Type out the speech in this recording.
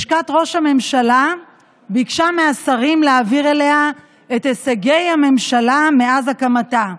לשכת ראש הממשלה ביקשה מהשרים להעביר אליה את הישגי הממשלה מאז הקמתה,